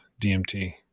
DMT